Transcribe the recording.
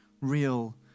real